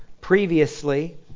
previously